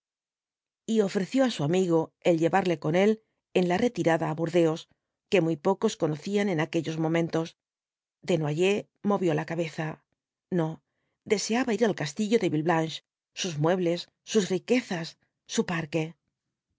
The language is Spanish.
y ofreció á su amigo el llevarle con él en la retirada á burdeos que muy pocos conocían en aquellos momentos desnoyers movió la cabeza no deseaba ir al castillo de villeblanche sus muebles sus riquezas su parque